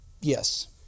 Yes